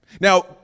Now